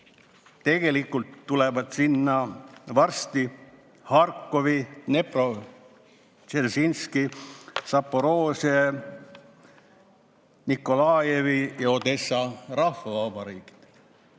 tegelikult tulevad sinna varsti ka Harkovi, Dneprodzeržinski, Zaporožje, Nikolajevi ja Odessa rahvavabariigid.